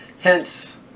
hence